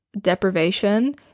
deprivation